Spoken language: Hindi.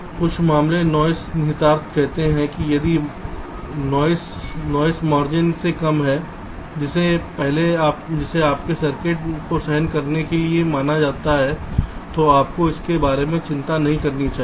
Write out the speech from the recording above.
तो कुछ सरल नॉइस निहितार्थ कहते हैं कि यदि नॉइस नॉइस मार्जिन से कम है जिसे आपके सर्किट को सहन करने के लिए माना जाता है तो आपको इसके बारे में चिंता नहीं करनी चाहिए